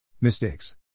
Mistakes